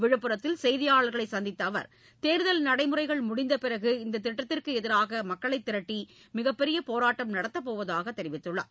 விழுப்புரத்தில் செய்தியாளா்களை சந்தித்த அவா் தேர்தல் நடைமுறைகள் முடிந்த பிறகு இந்தத் திட்டத்திற்கு எதிராக மக்களை திரட்டி மிகப்பெரிய போராட்டம் நடத்தப்போவதாக தெரிவித்துள்ளார்